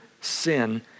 sin